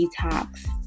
detox